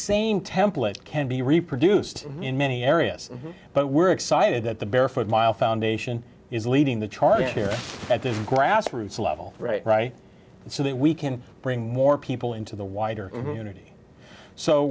same template can be reproduced in many areas but we're excited that the barefoot mile foundation is leading the charge here at the grassroots level right right and so that we can bring more people into the wider community so